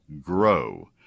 grow